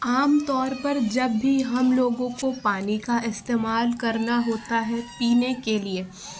عام طور پر جب بھی ہم لوگوں کو پانی کا استعمال کرنا ہوتا ہے پینے کے لیے